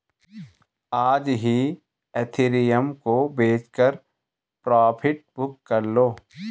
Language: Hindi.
आज ही इथिरियम को बेचकर प्रॉफिट बुक कर लो